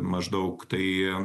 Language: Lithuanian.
maždaug tai